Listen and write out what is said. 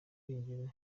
irengero